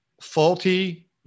faulty